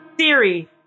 Siri